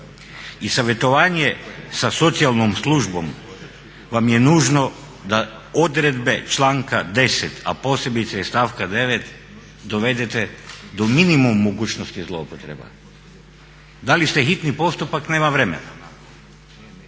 I savjetovanje sa socijalnom službom vam je nužno da odredbe članka 10., a posebice stavka 9. dovedete do minimuma mogućnosti zlouporabe. Dali ste hitni postupak, nema vremena.